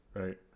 Right